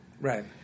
Right